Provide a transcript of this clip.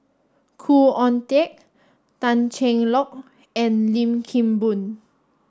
Khoo Oon Teik Tan Cheng Lock and Lim Kim Boon